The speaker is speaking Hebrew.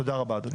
תודה רבה אדוני.